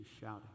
shouting